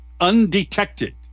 undetected